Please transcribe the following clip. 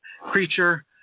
creature